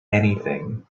anything